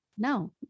no